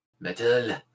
Metal